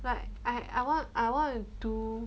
like I I want I want to do